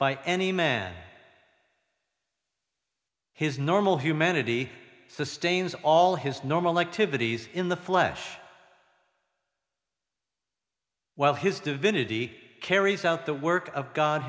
by any man his normal humanity sustains all his normal activities in the flesh while his divinity carries out the work of g